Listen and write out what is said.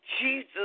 Jesus